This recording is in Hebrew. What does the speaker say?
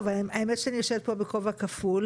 האמת היא שאני יושבת פה בכובע כפול.